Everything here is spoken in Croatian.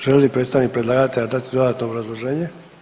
Želi li predstavnik predlagatelja dati dodatno obrazloženje?